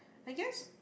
I guess